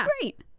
great